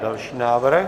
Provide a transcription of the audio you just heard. Další návrh.